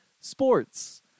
Sports